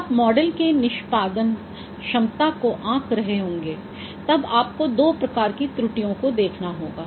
जब आप मॉडल की निष्पादन क्षमता को आंक रहे होंगे तब आपको दो प्रकार की त्रुटियों को देखना होगा